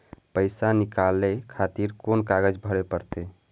पैसा नीकाले खातिर कोन कागज भरे परतें?